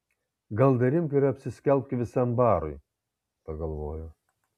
gal dar imk ir apsiskelbk visam barui pagalvojo